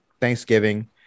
Thanksgiving